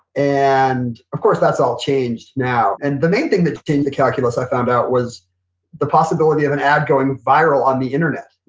and of course, that's all changed now. and the main thing that's in the calculus i found out was the possibility of an ad going viral on the internet.